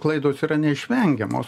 klaidų neištaiso klaidos yra neišvengiamos